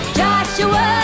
joshua